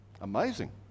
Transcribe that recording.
amazing